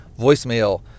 Voicemail